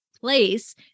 place